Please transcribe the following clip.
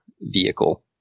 vehicle